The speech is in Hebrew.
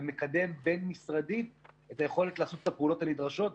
ומקדם בין-משרדית את היכולת לעשות את הפעולות הנדרשות.